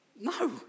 No